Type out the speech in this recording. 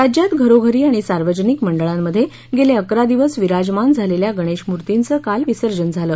राज्यात घरोघरी आणि सार्वजनिक मंडळांमध्ये गेले अकरा दिवस विराजमान झालेल्या गणेशमूर्तीचं काल विसर्जन झालं